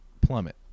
plummet